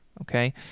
okay